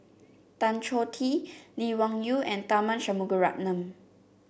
Tan Choh Tee Lee Wung Yew and Tharman Shanmugaratnam